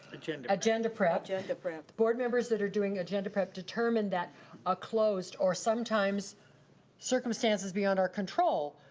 agenda agenda prep. agenda prep. board members that are doing agenda prep determine that a closed or sometimes circumstances beyond our control,